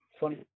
funny